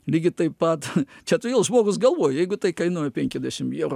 lygiai taip pat čia tu vėl žmogus galvoji jeigu tai kainuoja penkiadešim evrų